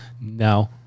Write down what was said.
no